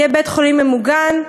יהיה בית-חולים ממוגן,